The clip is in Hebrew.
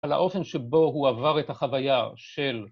‫על האופן שבו הוא עבר את החוויה של...